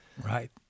Right